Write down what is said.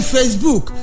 Facebook